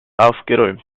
aufgeräumt